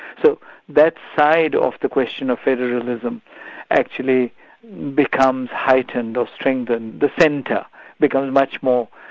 so that side of the question of federalism actually becomes heightened or strengthened, the centre becomes much more,